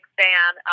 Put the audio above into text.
fan